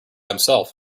himself